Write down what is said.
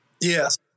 Yes